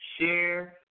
share